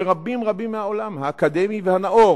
שרבים רבים מהעולם האקדמי והנאור